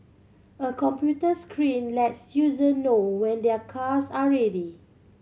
a computer screen lets user know when their cars are ready